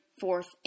fourth